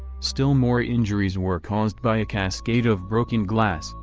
still more injuries were caused by a cascade of broken glass,